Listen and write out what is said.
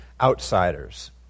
outsiders